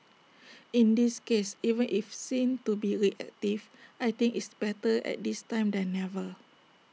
in this case even if seen to be reactive I think it's better at this time than never